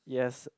yes